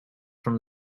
from